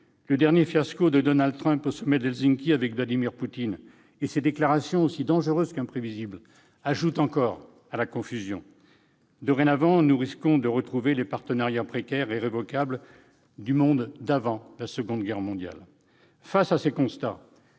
Le dernier fiasco de Donald Trump au sommet d'Helsinki avec Vladimir Poutine et ses déclarations aussi dangereuses qu'imprévisibles ajoutent encore à la confusion. Dorénavant, nous risquons de retrouver les partenariats précaires et révocables du monde d'avant la Seconde Guerre mondiale. Très paradoxalement,